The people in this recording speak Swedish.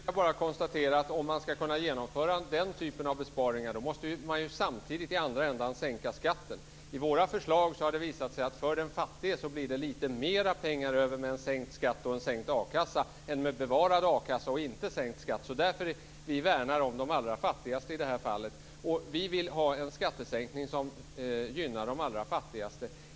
Fru talman! Vad gäller det sista vill jag bara konstatera att ska man kunna genomföra den typen av besparingar måste man ju samtidigt i andra ändan sänka skatten. Det har visat sig att det blir lite mer pengar över för den fattige med våra förslag om sänkt skatt och sänkt a-kassa än med bevarad a-kassa och ingen sänkt skatt. Vi värnar om de allra fattigaste i det här fallet. Vi vill ha en skattesänkning som gynnar de allra fattigaste.